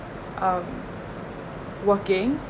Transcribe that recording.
um working